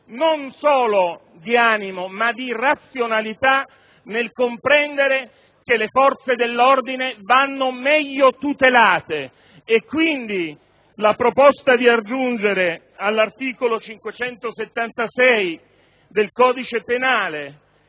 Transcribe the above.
non solo di animo ma di razionalità nel comprendere che le forze dell'ordine vanno meglio tutelate. Pertanto, la proposta di aggiungere all'articolo 576 del codice penale